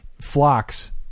flocks